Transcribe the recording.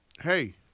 Hey